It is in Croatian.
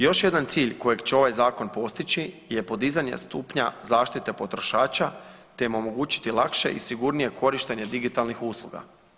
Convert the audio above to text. Još jedan cilj kojeg će ovaj zakon postići je podizanje stupnja zaštite potrošača te im omogućiti lakše i sigurnije korištenje digitalnih usluga.